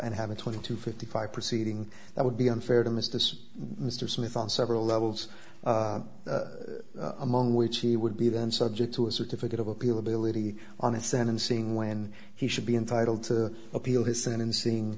and have a twenty to fifty five proceeding that would be unfair to miss this mr smith on several levels among which he would be then subject to a certificate of appeal ability on a sentencing when he should be entitled to appeal his